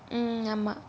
mm ஆமா:aamaa